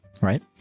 Right